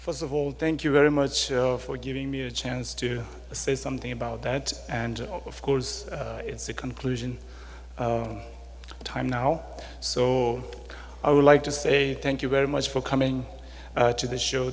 first of all thank you very much for giving me a chance to say something about that and of course it's a conclusion time now so i would like to say thank you very much for coming to the show